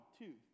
two